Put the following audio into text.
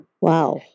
Wow